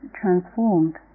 transformed